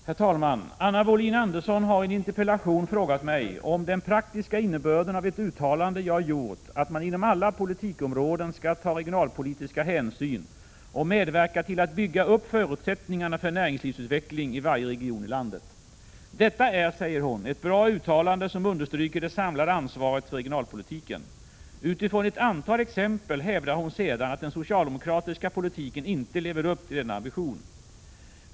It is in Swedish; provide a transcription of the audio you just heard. Herr talman! Anna Wohlin-Andersson har i en interpellation frågat mig om den praktiska innebörden av ett uttalande jag gjort, att man inom alla politikområden skall ta regionalpolitiska hänsyn och medverka till att bygga upp förutsättningar för näringsutveckling i varje region i landet. Detta är, säger hon, ett bra uttalande som understryker det samlade ansvaret för regionalpolitiken. Utifrån ett antal exempel hävdar hon sedan att den socialdemokratiska politiken inte lever upp till denna ambition.